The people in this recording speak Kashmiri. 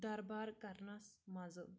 دَبار کَرنَس مَزٕ